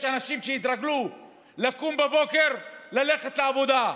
יש אנשים שהתרגלו לקום בבוקר, ללכת לעבודה,